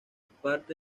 parte